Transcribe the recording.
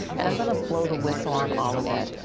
and going to blow the whistle on all of it,